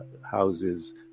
houses